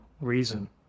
reason